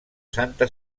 santa